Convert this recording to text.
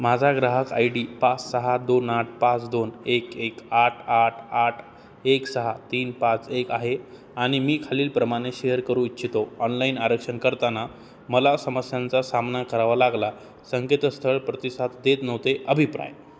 माझा ग्राहक I D पाच सहा दोन आठ पाच दोन एक एक आठ आठ आठ एक सहा तीन पाच एक आहे आणि मी खालील प्रमाणे शेअर करू इच्छितो ऑनलाईन आरक्षण करताना मला समस्यांचा सामना करावा लागला संकेतस्थळ प्रतिसाद देत नव्हते अभिप्राय